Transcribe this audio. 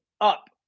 up